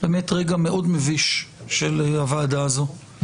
באמת רגע מאוד מביש של הוועדה הזאת.